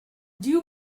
due